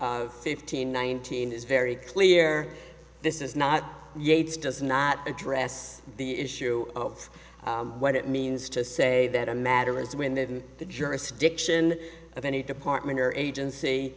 of fifteen nineteen is very clear this is not yates does not address the issue of what it means to say that a matter is when the jurisdiction of any department or agency